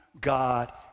God